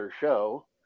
show